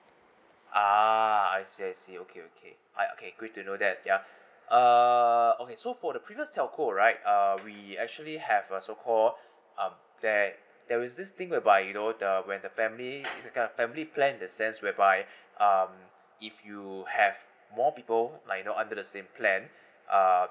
uh I see I see okay okay I okay great to know that ya uh okay so for the previous telco right uh we actually have a so called um plan there is this thing whereby you know the where the family it's a kind of family plan they sends whereby um if you have more people like you know under the same plan um